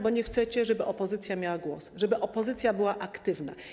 Bo nie chcecie, żeby opozycja miała głos, żeby opozycja była aktywna.